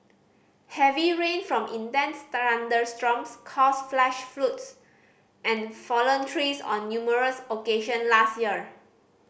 heavy rain from intense thunderstorms caused flash and fallen trees on numerous occasion last year